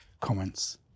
comments